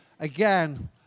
Again